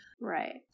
right